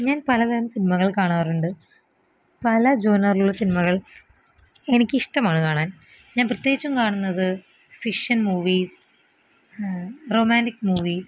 ഞാൻ പല തരം സിൻമകൾ കാണാറുണ്ട് പല ജോണറിലുള്ള സിൻമകൾ എനിക്കിഷ്ടമാണ് കാണാൻ ഞാൻ പ്രത്യേകിച്ചും കാണുന്നത് ഫിഷ്ഷൻ മൂവീസ് റൊമാൻടിക് മൂവീസ്